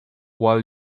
while